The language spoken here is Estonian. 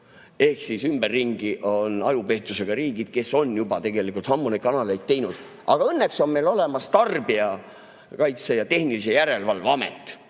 ümberringi on ajupeetusega riigid, kes on juba tegelikult ammu neid kanaleid [piiranud]. Aga õnneks on meil olemas Tarbijakaitse ja Tehnilise Järelevalve Amet,